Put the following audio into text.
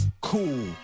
Cool